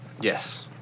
Yes